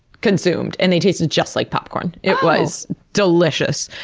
consumed, and they tasted just like popcorn. it was delicious.